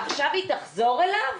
עכשיו היא תחזור אליו?'